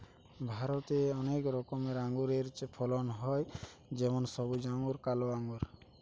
ভারতে অনেক রকমের আঙুরের ফলন হয় যেমন সবুজ আঙ্গুর, কালো আঙ্গুর